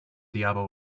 diabo